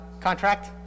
contract